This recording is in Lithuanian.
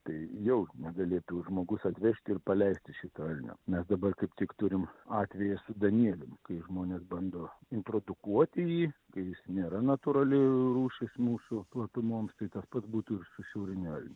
tai jau negalėtų žmogus atvežti ir paleisti šito elnio mes dabar kaip tik turim atvejį su danielium kai žmonės bando introdukuoti jį kai jis nėra natūrali rūšis mūsų platumoms tai tas pats būtų ir su šiauriniu elniu